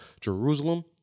Jerusalem